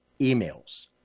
emails